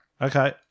Okay